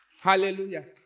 Hallelujah